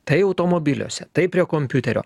tai automobiliuose tai prie kompiuterio